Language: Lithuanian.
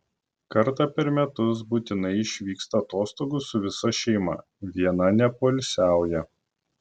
kartą per metus būtinai išvyksta atostogų su visa šeima viena nepoilsiauja